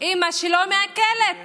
אימא שלא מעכלת